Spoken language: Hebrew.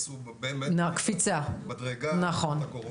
עשו באמת קפיצת מדרגה בתקופת הקורונה.